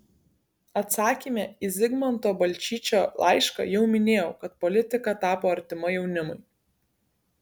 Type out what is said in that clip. atsakyme į zigmanto balčyčio laišką jau minėjau kad politika tapo artima jaunimui